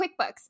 QuickBooks